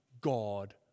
God